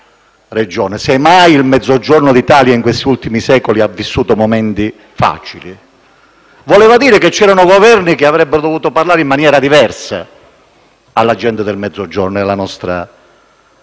se mai il Mezzogiorno d'Italia in questi ultimi secoli ha vissuto dei momenti facili, voleva dire che c'erano Governi che avrebbero dovuto parlare in maniera diversa alla gente del Mezzogiorno e alla nostra Regione,